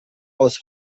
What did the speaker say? aus